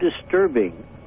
disturbing